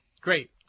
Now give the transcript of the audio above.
Great